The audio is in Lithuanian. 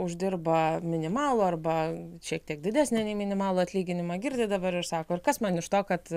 uždirba minimalų arba šiek tiek didesnį nei minimalų atlyginimą girdi dabar ir sako ir kas man iš to kad